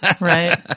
Right